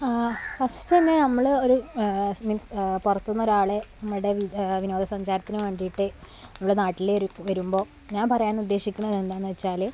first തന്നെ നമ്മൾ ഒരു മീൻസ് പുറത്തു നിന്ന് ഒരാളെ നമ്മുടെ വിനോദസഞ്ചാരത്തിന് വേണ്ടിയിട്ട് നമ്മൾ നാട്ടിൽ ഒരു വരുമ്പോൾ ഞാൻ പറയാൻ ഉദ്ദേശിക്കുന്നത് എന്താണെന്ന് വച്ചാൽ